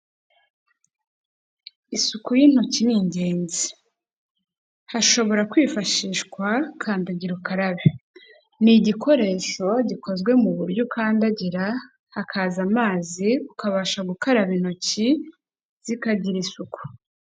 Isuku y'intoki ni ingenzi, hashobora kwifashishwa kandagira ukarabe, ni igikoresho gikozwe mu buryo ukandagira hakaza amazi, ukabasha gukaraba intoki zikagira isuku.